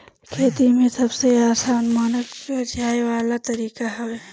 खेती में सबसे आसान मानल जाए वाला तरीका हवे